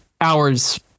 hours